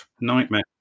nightmare